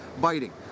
biting